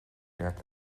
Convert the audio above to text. leat